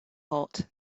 hot